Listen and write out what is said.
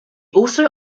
also